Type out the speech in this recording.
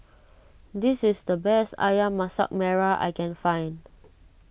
this is the best Ayam Masak Merah I can find